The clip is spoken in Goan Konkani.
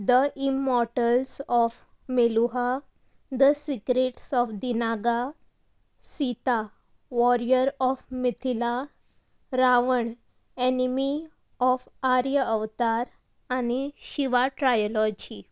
the immortals of Meluha the secrets of the Naga Sita warrior of Mithila Raavan enemy of Aryavarta आनी शिवा ट्रायलॉजी